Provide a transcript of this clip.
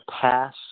pass